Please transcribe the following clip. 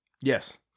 yes